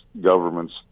governments